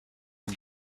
are